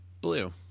blue